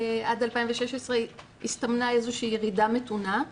עד 2016 הסתמנה איזו שהיא ירידה מתונה.